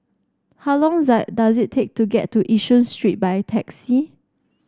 how long does it take to get to Yishun Street by taxi